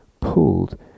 pulled